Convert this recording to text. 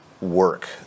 work